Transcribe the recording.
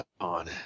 on